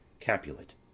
Capulet